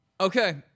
Okay